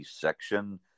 section